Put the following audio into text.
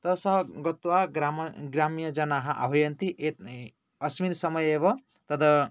ततः सः गत्वा ग्राम ग्राम्यजनाः आह्वयन्ति एते अस्मिन् समये एव तदा